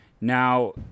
Now